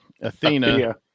Athena